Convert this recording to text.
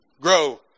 Grow